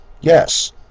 Yes